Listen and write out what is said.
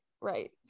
right